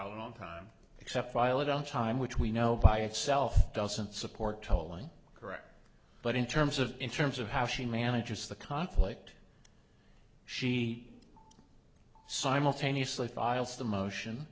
a long time except file it on time which we know by itself doesn't support tolling correct but in terms of in terms of how she manages the conflict she simultaneously files the motion